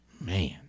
Man